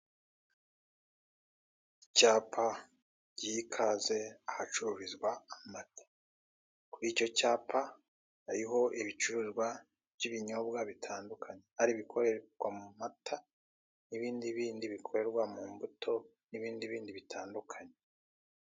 Icyapa giha ikaze ahacururizwa amata, kuri icyo cyapa hariho ibicuruzwa by'ibinyobwa bitandukanye, ari ibikorerwa mu mata n'ibindi bindi bikorerwa mu mbuto n'ibindi bindi bitandukanye.